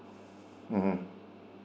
mm hmm